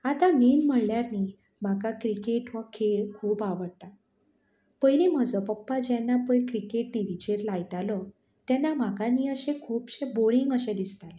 आतां मेन म्हणल्यार न्ही म्हाका क्रिकेट हो खेळ खूब आवडटा पयलीं म्हजो पप्पा जेन्ना पय क्रिकेट टिवीचेर लायतालो तेन्ना म्हाका न्ही अशें खुबशें बोरींग अशें दिसतालें